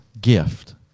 gift